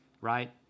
right